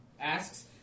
asks